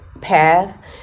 path